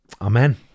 Amen